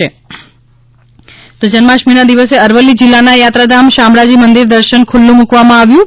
શામળાજી જન્માષ્ટમી ના દિવસે અરવલ્લી જિલ્લાના યાત્રાધામ શામળાજી મંદિર દર્શન ખુલ્લુ મુકવામાં આવ્યું હતું